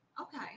Okay